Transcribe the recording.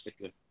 good